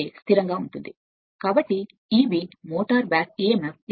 ఆ సమయంలో మీరు సంఖ్యాశాస్త్రాలను ఎప్పుడు తీసుకుంటారో మీకు విషయాలు చాలా తేలికగా కనిపిస్తాయి